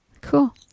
Cool